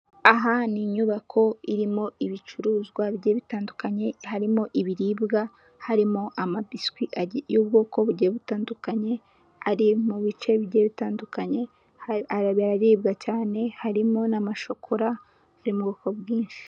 Aha ni inyubako irimo ibicuruzwa bigiye bitandukanye harimo ibiribwa, harimo amabiswi y'ubwoko bugiye butandukanye, ari mu bice bigiye bitandukanye, biraribwa cyane harimo n'amashokora ari mu bwoko bwinshi.